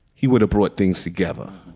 he would brought things together.